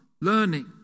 learning